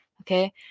okay